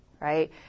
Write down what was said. right